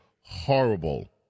horrible